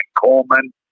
Coleman